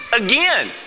again